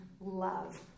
love